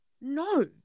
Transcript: No